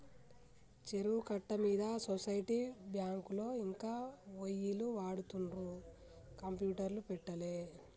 చెరువు కట్ట మీద సొసైటీ బ్యాంకులో ఇంకా ఒయ్యిలు వాడుతుండ్రు కంప్యూటర్లు పెట్టలే